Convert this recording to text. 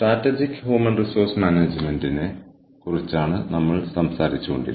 strategic എച്ച്ആർഎമ്മിന്റെ multi level മോഡലിനെ കുറിച്ച് കുറച്ച് മുമ്പ് ഞാൻ നിങ്ങളോട് സംസാരിക്കുകയായിരുന്നു